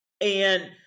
And-